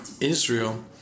Israel